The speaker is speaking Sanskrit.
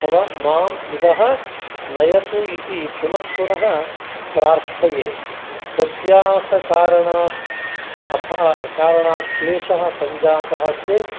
अथवा माम् इतः नयतु इति पुनः पुनः प्रार्थये व्यत्यासकारणात् अभा कारणात् क्लेशः सञ्जातः चेत्